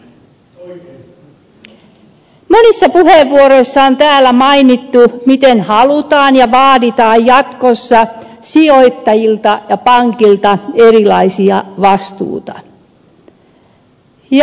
monissa puheenvuoroissa on täällä mainittu miten halutaan ja vaaditaan jatkossa sijoittajilta ja pankeilta erilaisia vastuita